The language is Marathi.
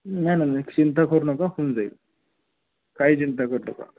नाही ना नाही चिंता कर नका हऊन जाईल काय चिंता करू नका